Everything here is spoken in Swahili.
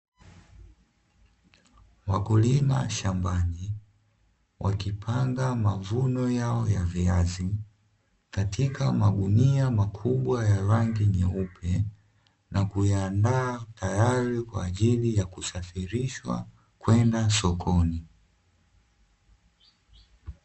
Wakulima shambani wakipanda mavuno yao ya viazi katika magunia makubwa ya rangi nyeupe, na kuyaandaa tayari kwa ajili ya kusafirishwa kwenda sokoni.